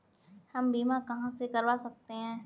हम बीमा कहां से करवा सकते हैं?